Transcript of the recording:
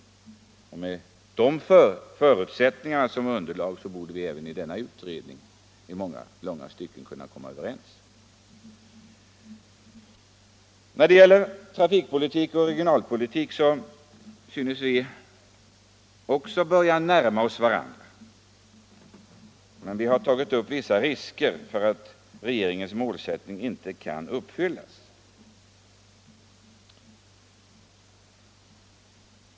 Med de förutsättningarna som underlag borde vi ju även i denna utredning kunna komma överens i långa stycken. När det gäller trafikpolitik och "regionalpolitik synes vi också börja närma oss varandra. Från moderata samlingspartiets sida har vi emellertid pekat på vissa risker för att regeringens målsättning inte kan uppfyllas.